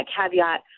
caveat